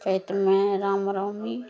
चैतमे रामनमी